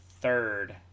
third